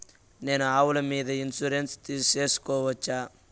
నేను ఆవుల మీద ఇన్సూరెన్సు సేసుకోవచ్చా?